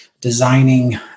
designing